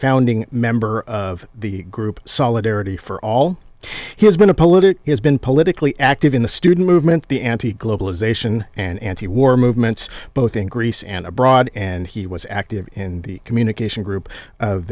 founding member of the group solidarity for all he has been a poet it is been politically active in the student movement the anti globalization and anti war movements both in greece and abroad and he was active in the communication group